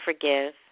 forgive